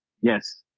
Yes